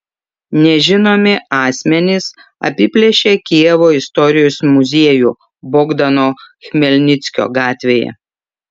nežinomi asmenys apiplėšė kijevo istorijos muziejų bogdano chmelnickio gatvėje